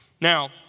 Now